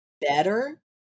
better